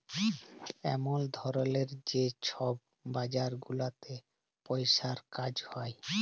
এমল ধরলের যে ছব বাজার গুলাতে পইসার কাজ হ্যয়